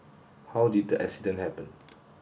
how did the accident happen